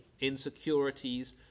insecurities